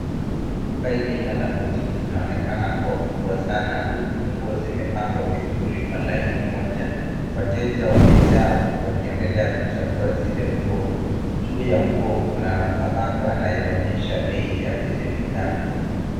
Duka hilia aina ya botique linaonekana kuwa kubwa sana huku nguo zimepangwa vizuri kwa laini moja. Wateja wamejaa huku wakiendela kuchagua zile nguo. Juu ya nguo kuna mabango ynayoonyesha bei ya zile bidhaa.